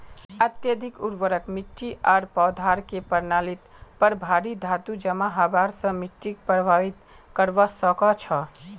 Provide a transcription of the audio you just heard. अत्यधिक उर्वरक मिट्टी आर पौधार के प्रणालीत पर भारी धातू जमा हबार स मिट्टीक प्रभावित करवा सकह छह